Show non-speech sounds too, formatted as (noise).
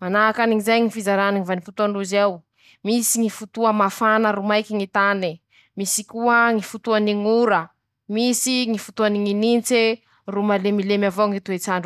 manahakanjao ñy faritsy ñ'antsiñana antimo ndrozy añy, mitsioky avao zisiky farane, tsy misy iboha, manahakanjao ñ'ora, misy koa ñ'oraora ratiraty, aminy ñy nintsy, (shushes) misy tsioky mahery ro manday orambe, tsy misy iboahany ñ'olo añy.